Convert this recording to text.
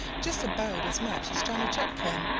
just about as much as johnny chuck can,